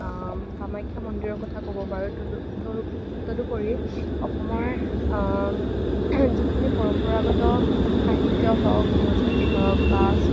কামাখ্য়া মন্দিৰৰ কথা ক'ব পাৰোঁ তদুপৰি অসমৰ যোনখিনি পৰম্পৰাগত সাহিত্য় হওক সংস্কৃতি হওক বা